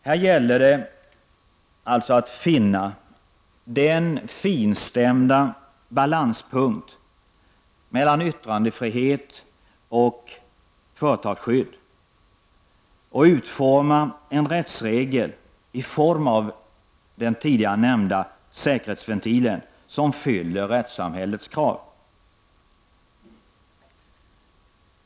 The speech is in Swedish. Här gäller det att finna den finstämda balanspunkten mellan yttrandefrihet och företagsskydd och utforma en rättsregel, i form av den tidigare nämnda säkerhetsventilen, som fyller rättssamhällets krav.